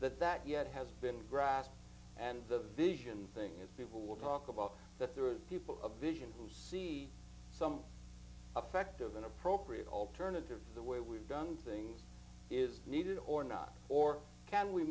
that that yet has been grassed and the vision thing and people will talk about that there are people of vision who see some effect of an appropriate alternative the way we've done things is needed or not or can we